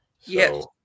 Yes